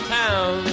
town